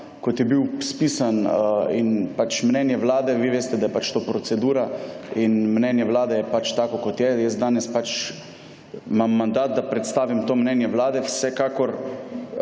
kot je bil spisan, in mnenje Vlade, vi veste, da je to procedura, in mnenje Vlade je tako, kot je. Jaz danes imam mandat, da predstavim to mnenje Vlade. Vsekakor,